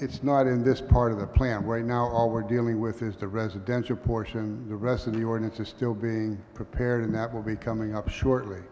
it's not in this part of the plan right now all we're dealing with is the residential portion the rest of the ordinance are still being prepared and that will be coming up shortly